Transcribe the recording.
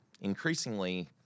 increasingly